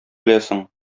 беләсең